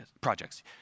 projects